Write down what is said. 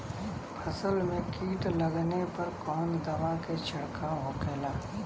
फसल में कीट लगने पर कौन दवा के छिड़काव होखेला?